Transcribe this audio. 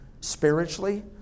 spiritually